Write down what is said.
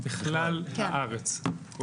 בכלל הארץ.